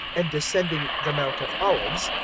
and descending the mount of olives,